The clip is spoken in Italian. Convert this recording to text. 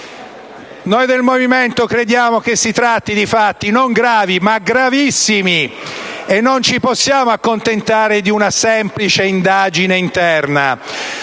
Noi del Movimento 5 Stelle riteniamo si tratti di fatti non gravi, ma gravissimi, e non ci possiamo accontentare di una semplice indagine interna.